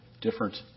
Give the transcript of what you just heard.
different